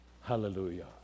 hallelujah